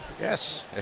Yes